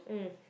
mm